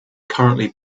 currently